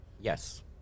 Yes